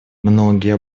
многие